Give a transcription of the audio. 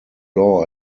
law